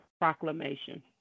proclamation